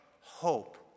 hope